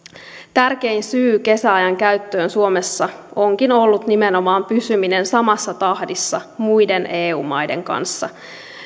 tärkein syy kesäajan käyttöön suomessa onkin ollut nimenomaan pysyminen samassa tahdissa muiden eu maiden kanssa mitä tulee